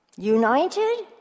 United